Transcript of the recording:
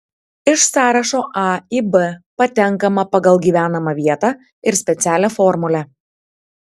iš sąrašo a į b patenkama pagal gyvenamą vietą ir specialią formulę